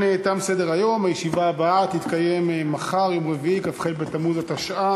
תוכנית מפורטת תכלול תקציב עת תתבהר תמונת התקציב ל-2016.